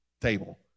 table